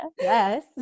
yes